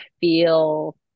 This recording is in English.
feel